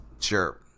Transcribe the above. Sure